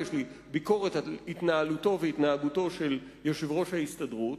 יש לי ביקורת על התנהלותו והתנהגותו של יושב- ראש ההסתדרות.